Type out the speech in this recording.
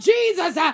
Jesus